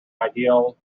ideal